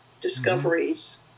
discoveries